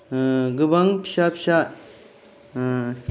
ओ गोबां फिसा फिसा ओ